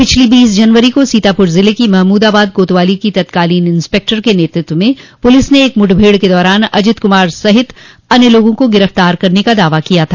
पिछली बीस जनवरी को सीतापुर ज़िले की महमूदाबाद कोतवाली की तत्कालीन इंस्पेक्टर के नेतृत्व में पुलिस ने एक मुठभेड़ के दौरान अजित कुमार सहित अन्य लोगों को गिरफ्तार करने का दावा किया था